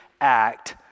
act